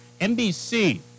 NBC